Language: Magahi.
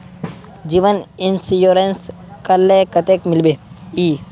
जीवन इंश्योरेंस करले कतेक मिलबे ई?